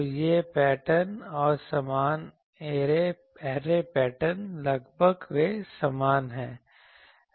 तो यह पैटर्न और समान ऐरे पैटर्न लगभग वे समान हैं